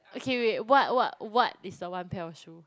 okay wait what what what is the one pair of shoe